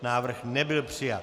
Návrh nebyl přijat.